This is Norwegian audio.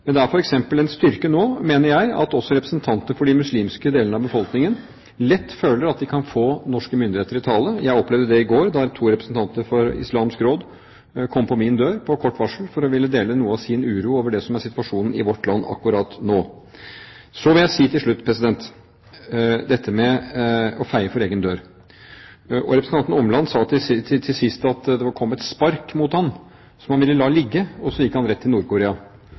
Men det er f.eks. en styrke nå, mener jeg, at også representanter for de muslimske delene av befolkningen lett føler at de kan få norske myndigheter i tale. Jeg opplevde det i går da to representanter for Islamsk Råd kom på min dør på kort varsel for å dele noe av sin uro over det som er situasjonen i vårt land akkurat nå. Så til slutt til dette med å feie for egen dør: Representanten Åmland sa til sist at det var kommet spark mot ham som han ville la ligge, og så gikk han rett